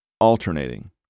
Alternating